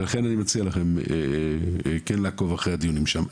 ולכן אני מציע לכם כן לעקוב אחרי הדיונים שם.